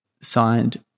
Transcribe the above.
signed